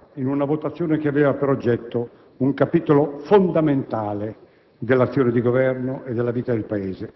messo in minoranza in una votazione che aveva per oggetto un capitolo fondamentale dell'azione di Governo e della vita del Paese: